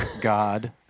God